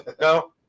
no